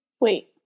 wait